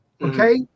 okay